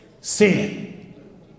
sin